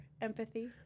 empathy